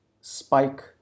spike